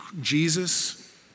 Jesus